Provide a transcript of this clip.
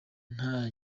nta